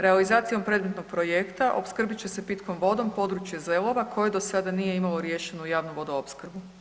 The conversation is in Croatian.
Realizacijom predmetnog projekta opskrbit će se pitkom vodom područje Zelova koje do sada nije imalo riješeno javnu vodoopskrbu.